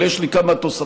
אבל יש לי כמה תוספות,